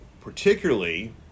particularly